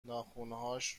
ناخنهاش